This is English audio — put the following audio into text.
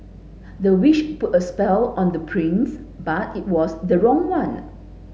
the witch put a spell on the prince but it was the wrong one